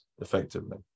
Effectively